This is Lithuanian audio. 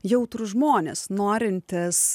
jautrūs žmonės norintys